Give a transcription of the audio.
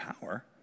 power